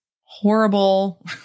horrible